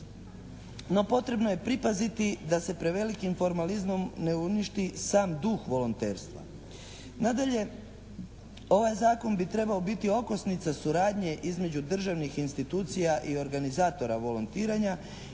No, potrebno je pripaziti da se prevelikim formalizmom ne uništi sam duh volonterstva. Nadalje, ovaj zakona bi trebao biti okosnica suradnje između državnih institucija i organizatora volontiranja